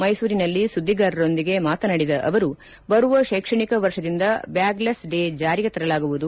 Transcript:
ಮೈಸೂರಿನಲ್ಲಿ ಸುದ್ದಿಗಾರೊಂದಿಗೆ ಮಾತನಾಡಿದ ಅವರು ಬರುವ ಶೈಕ್ಷಣಿಕ ವರ್ಷದಿಂದ ಬ್ಯಾಗ್ ಲೆಸ್ ಡೇ ಜಾರಿ ತರಲಾಗುವುದು